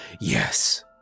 Yes